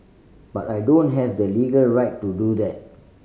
but I don't have the legal right to do that